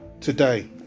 today